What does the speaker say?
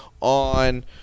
on